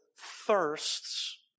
thirsts